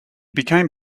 became